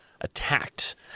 attacked